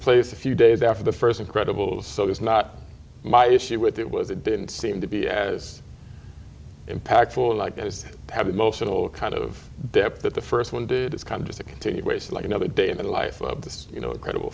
place a few days after the first incredible so it's not my issue with it was it didn't seem to be as impact for like as had emotional kind of depth that the first one did it's kind of just a continuation like another day in the life of this you know incredible